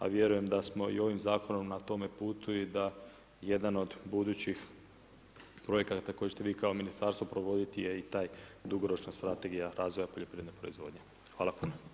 A vjerujem da smo i ovim zakonom na tome putu i da jedan od budućih projekata koje ćete vi kao ministarstvo provoditi je i ta dugoročna strategija razvoja poljoprivredne proizvodnje.